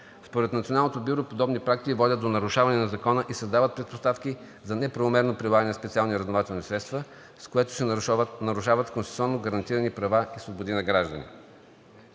Според Националното бюро подобни практики водят до нарушаване на Закона и създават предпоставки за неправомерно прилагане на специални разузнавателни средства, с което се нарушават конституционно гарантираните права и свободи на гражданите.